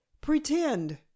Pretend